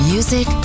Music